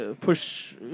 push